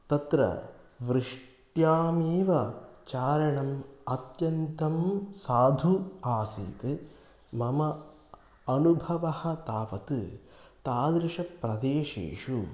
तत्र वृष्ट्यामेव चारणम् अत्यन्तं साधुः आसीत् मम अनुभवः तावत् तादृशप्रदेशेषु